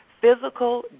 physical